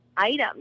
items